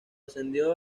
ascendió